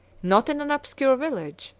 not in an obscure village,